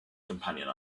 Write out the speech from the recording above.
companion